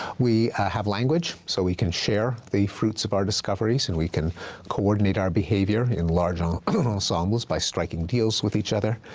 we have language, so we can share the fruits of our discoveries, and we can coordinate our behavior in large um ensembles by striking deals with each other.